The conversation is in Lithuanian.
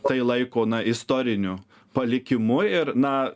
tai laiko na istoriniu palikimu ir na